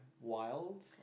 wild